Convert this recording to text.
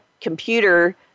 computer